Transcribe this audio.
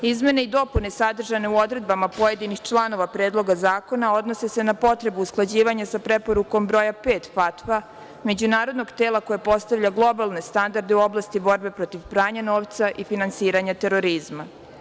Izmene i dopune sadržane u odredbama pojedinih članova Predloga zakona odnose se na potrebu usklađivanja sa Preporukom broja 5 FATF-a, međunarodnog tela koje postavlja globalne standarde u oblasti borbe protiv pranja novca i finansiranja terorizma.